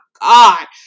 god